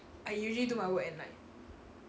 I usually do my work at night